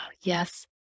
Yes